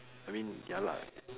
I mean ya lah